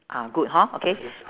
ah good hor okay